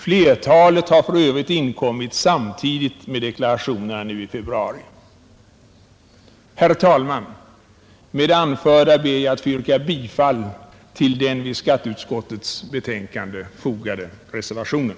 Flertalet har för övrigt inlämnats samtidigt med deklarationerna nu i februari. Herr talman! Med det anförda ber jag att få yrka bifall till den vid skatteutskottets betänkande fogade reservationen.